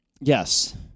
Yes